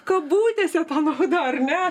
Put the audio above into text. kabutėse ta nauda ar ne